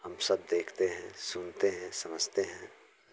हम सब देखते हैं सुनते हैं समझते हैं